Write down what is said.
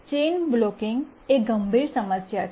chain blocking એ એક ગંભીર સમસ્યા છે